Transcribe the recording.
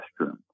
restroom